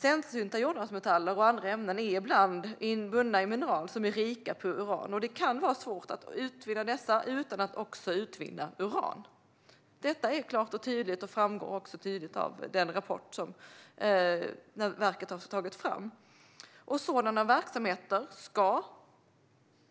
Sällsynta jordartsmetaller och andra ämnen är ibland bundna i mineraler som är rika på uran, och det kan vara svårt att utvinna dessa utan att också utvinna uran. Detta framgår också klart och tydligt av den rapport som Naturvårdsverket har tagit fram. Sådana verksamheter ska